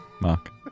Mark